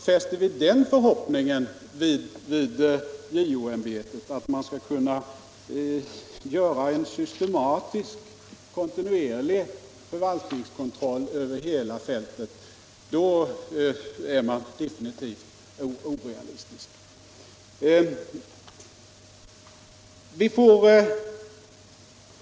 Fäster man den förhoppningen vid JO-ämbetet att det skall kunna göra en systematisk och kontinuerlig förvaltningskontroll över hela fältet, är man definitivt orealistisk.